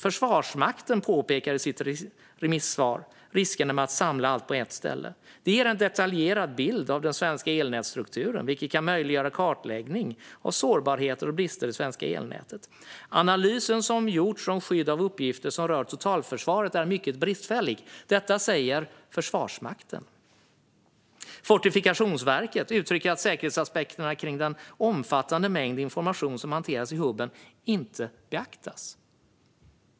Försvarsmakten påpekar i sitt remissvar riskerna med att samla allt på ett ställe. Det ger en detaljerad bild av den svenska elnätsstrukturen, vilket kan möjliggöra kartläggning av sårbarheter och brister i det svenska elnätet. Analysen som gjorts av skydd av uppgifter som rör totalförsvaret är mycket bristfällig. Detta säger Försvarsmakten. Fortifikationsverket uttrycker att säkerhetsaspekterna kring den omfattande mängd information som hanteras i hubben inte beaktas.